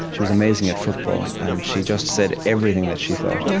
she was amazing at football, and she just said everything that she thought. yeah